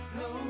no